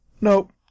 Nope